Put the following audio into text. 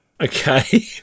Okay